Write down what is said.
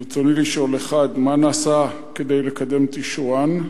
רצוני לשאול: 1. מה נעשה כדי לקדם את אישורן?